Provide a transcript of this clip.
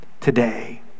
today